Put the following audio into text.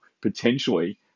potentially